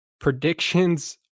predictions